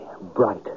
bright